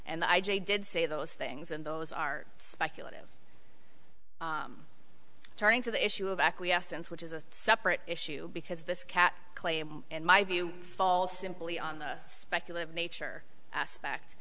and i j did say those things and those are speculative turning to the issue of acquiescence which is a separate issue because this cat claim in my view fall simply on the speculative nature aspect